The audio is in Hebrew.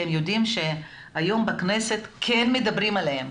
כי הם יודעים שהיום בכנסת כן מדברים עליהם.